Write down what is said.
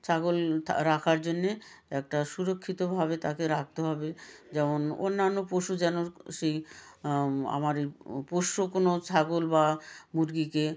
ছাগল রাখার জন্য একটা সুরক্ষিতভাবে তাকে রাখতে হবে যেমন অন্যান্য পশু যেন সেই আমার এই পোষ্য কোনো ছাগল বা মুরগিকে